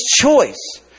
choice